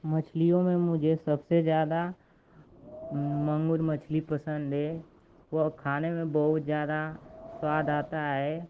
मछलियों में मुझे सबसे ज़्यादा माँगुर मछली पसन्द है वह खाने में बहुत ज़्यादा स्वाद आता है